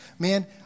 Man